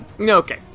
Okay